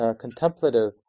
contemplative